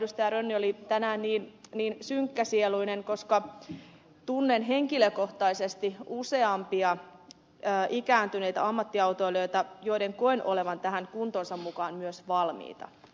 rönni oli tänään niin synkkäsieluinen koska tunnen henkilökohtaisesti useita ikääntyneitä ammattiautoilijoita joiden koen olevan tähän kuntonsa mukaan myös valmiita